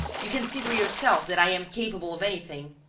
you can see for yourself that i am capable of anything!